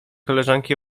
koleżanki